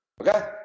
Okay